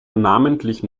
namentlich